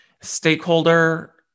stakeholder